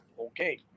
okay